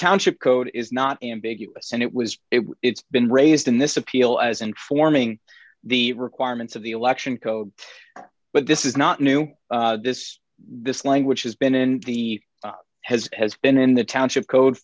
township code is not ambiguous and it was it's been raised in this appeal as informing the requirements of the election code but this is not new this this language has been in the has has been in the township code